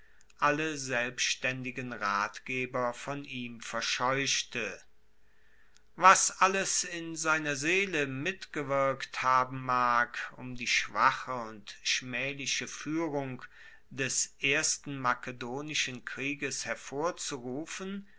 alle selbstaendigen ratgeber von ihm verscheuchte was alles in seiner seele mitgewirkt haben mag um die schwache und schmaehliche fuehrung des ersten makedonischen krieges hervorzurufen